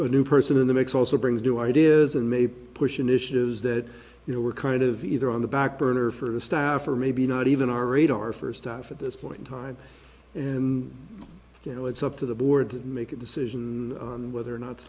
the new person in the mix also brings new ideas and may push initiatives that you know were kind of either on the backburner for the staff or maybe not even our radar for staff at this point in time and you know it's up to the board to make a decision on whether or not